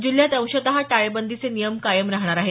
जिल्ह्यात अंशत टाळेबंदीचे नियम कायम राहणार आहेत